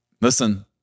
Listen